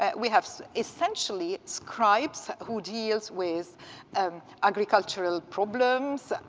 and we have essentially scribes who deals with um agricultural problems,